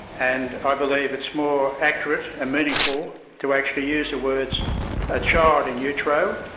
and i believe it's more accurate and meaningful to actually use the words a child in utero,